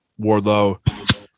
Wardlow